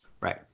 Right